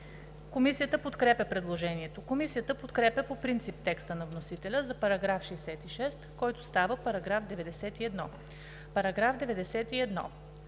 Комисията подкрепя предложението. Комисията подкрепя по принцип текста на вносителя за § 66, който става § 91: „§ 91.